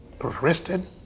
arrested